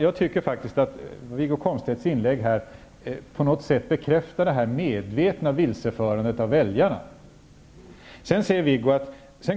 Jag tycker faktiskt att Wiggo Komstedts inlägg här på något sätt bekräftar detta medvetna vilseförande av väljarna. Sedan säger Wiggo